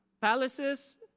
Palaces